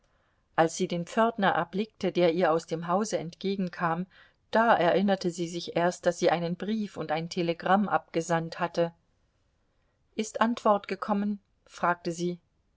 als sie den pförtner erblickte der ihr aus dem hause entgegenkam da erinnerte sie sich erst daß sie einen brief und ein telegramm abgesandt hatte ist antwort gekommen fragte sie